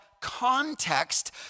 context